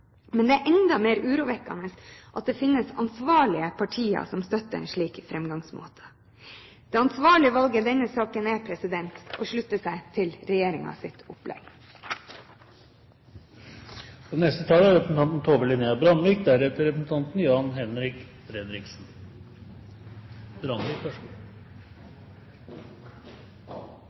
men det er enda mer urovekkende at det finnes ansvarlige partier som støtter en slik framgangsmåte. Det ansvarlige valget i denne saken er å slutte seg til regjeringens opplegg. U-864 er et sønderskutt vrak. Det er en grav for tyske soldater, og det har en dødelig last om bord. Så